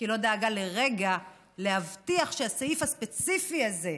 כי היא לא דאגה לרגע להבטיח שהסעיף הספציפי הזה,